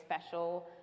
special